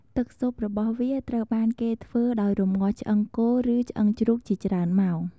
ទឺកស៊ុបរបស់វាត្រូវបានគេធ្វើដោយ រំងាស់ឆ្អឹងគោ ឬឆ្អឺងជ្រូកជាច្រើនម៉ោង។